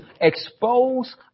expose